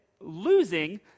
losing